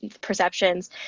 perceptions